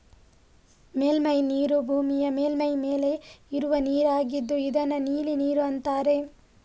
ಮೇಲ್ಮೈ ನೀರು ಭೂಮಿಯ ಮೇಲ್ಮೈ ಮೇಲೆ ಇರುವ ನೀರಾಗಿದ್ದು ಇದನ್ನ ನೀಲಿ ನೀರು ಅಂತಾರೆ